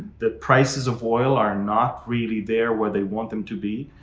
the prices of oil are not really there where they want them to be.